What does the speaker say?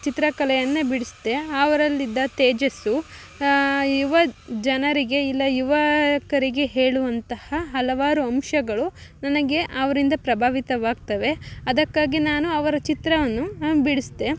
ಚಿತ್ರಕಲೆಯನ್ನೆ ಬಿಡಿಸಿದೆ ಅವರಲ್ಲಿದ್ದ ತೇಜಸ್ಸು ಯುವಜನರಿಗೆ ಇಲ್ಲ ಯುವಕರಿಗೆ ಹೇಳುವಂತಹ ಹಲವಾರು ಅಂಶಗಳು ನನಗೆ ಅವರಿಂದ ಪ್ರಭಾವಿತವಾಗ್ತವೆ ಅದಕ್ಕಾಗಿ ನಾನು ಅವರ ಚಿತ್ರವನ್ನು ಬಿಡಿಸಿದೆ